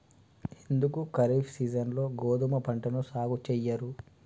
ఎందుకు ఖరీఫ్ సీజన్లో గోధుమ పంటను సాగు చెయ్యరు?